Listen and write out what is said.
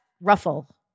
ruffle